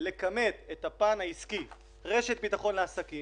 לכמת את הפן העסקי רשת ביטחון לעסקים,